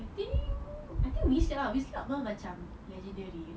I think winx club lah winx club macam legendary you know